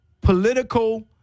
political